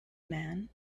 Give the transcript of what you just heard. man